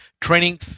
training